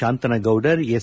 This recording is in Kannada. ಶಾಂತನಗೌಡರ್ ಎಸ್